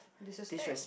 this is fact